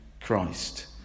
christ